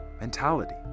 mentality